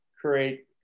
create